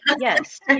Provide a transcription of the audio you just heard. yes